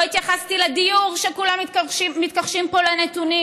לא התייחסתי לדיור, שכולם מתכחשים פה לנתונים.